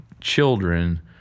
children